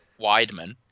Weidman